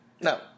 No